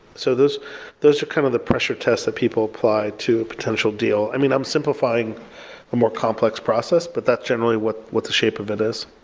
so those those are kind of the pressure test that people apply to a potential deal. i'm simplifying a more complex process, but that generally what what the shape of it is.